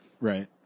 Right